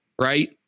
right